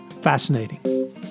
fascinating